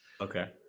Okay